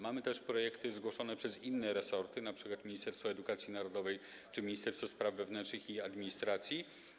Mamy też projekty zgłoszone przez inne resorty, np. Ministerstwo Edukacji Narodowej czy Ministerstwo Spraw Wewnętrznych i Administracji.